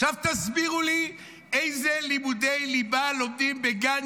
עכשיו תסבירו לי: איזה לימודי ליבה לומדים בגן